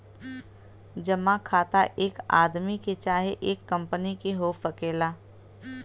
जमा खाता एक आदमी के चाहे एक कंपनी के हो सकेला